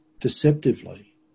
deceptively